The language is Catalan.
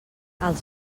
els